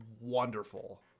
wonderful